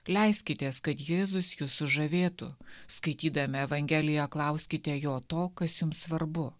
leiskitės kad jėzus jus sužavėtų skaitydami evangeliją klauskite jo to kas jums svarbu